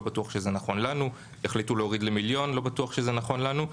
לא בטוח שזה נכון לנו; יכולים להוריד למיליון לא בטוח שזה נכון לנו.